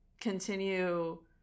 continue